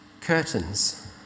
curtains